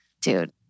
dude-